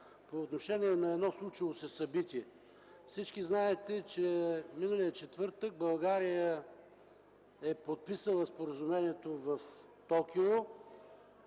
по отношение на случило се събитие. Всички знаете, че миналия четвъртък България е подписала споразумението в Токио